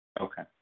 Okay